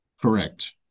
Correct